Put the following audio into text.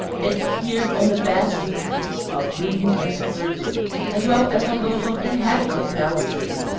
it appeared on the bass-reliefs of ruined and deserted as well as on those of inhabited palaces,